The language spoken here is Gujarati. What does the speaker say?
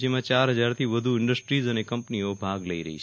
જેમાં ચાર હજારથી વધુ ઇન્ડસ્ટ્રીઝ અને કંપનીઓ ભાગ લઇ રહી છે